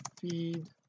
feed